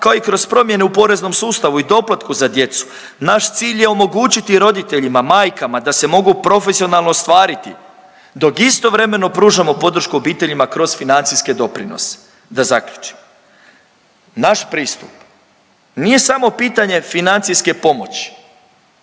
kao i kroz promjene u poreznom sustavu i doplatku za djecu. Naš cilj je omogućiti roditeljima, majkama da se mogu profesionalno ostvariti, dok istovremeno pružamo podršku obiteljima kroz financijske doprinose. Da zaključim, naš pristup nije samo pitanje financijske pomoći